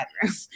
bedroom